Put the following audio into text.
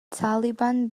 taliban